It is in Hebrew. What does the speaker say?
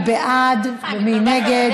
מי בעד ומי נגד?